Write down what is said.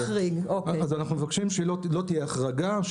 מבקשים שלא תהיה החרגה.